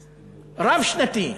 רב-שנתי.